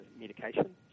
medication